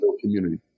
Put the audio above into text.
community